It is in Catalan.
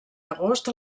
agost